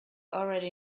already